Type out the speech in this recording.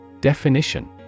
Definition